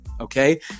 Okay